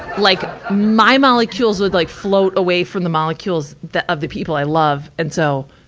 like ah my molecules would like float away from the molecules that, of the people i love. and so,